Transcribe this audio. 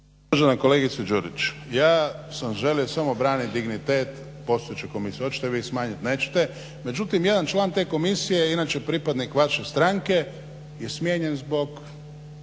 Uvažena kolegice Đurić, ja sam želio samo obranit dignitet postojeće komisije. Hoćete vi smanjiti, nećete. Međutim, jedan član te komisije je inače pripadnik vaše stranke smijenjen zbog